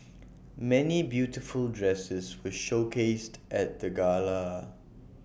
many beautiful dresses were showcased at the gala